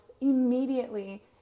immediately